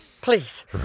Please